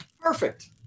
perfect